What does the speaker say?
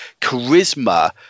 charisma